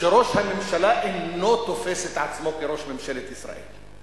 שראש הממשלה אינו תופס את עצמו כראש ממשלת ישראל.